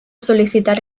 solicitar